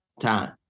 time